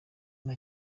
nta